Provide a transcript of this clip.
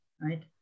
right